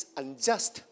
unjust